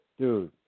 dude